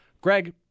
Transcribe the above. Greg